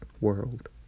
world